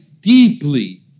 deeply